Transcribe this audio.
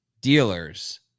dealers